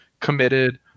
committed